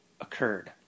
occurred